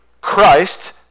Christ